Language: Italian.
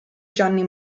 gianni